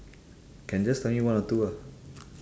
can just tell me one or two ah